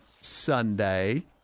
Sunday